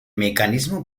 mecanismo